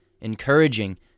encouraging